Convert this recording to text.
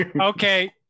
Okay